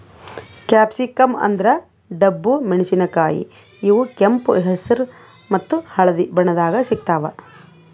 capsicum ಅಂದ್ರ ಡಬ್ಬು ಮೆಣಸಿನಕಾಯಿ ಇವ್ ಕೆಂಪ್ ಹೆಸ್ರ್ ಮತ್ತ್ ಹಳ್ದಿ ಬಣ್ಣದಾಗ್ ಸಿಗ್ತಾವ್